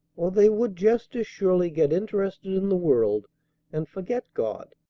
or they would just as surely get interested in the world and forget god.